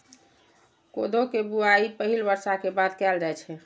कोदो के बुआई पहिल बर्षा के बाद कैल जाइ छै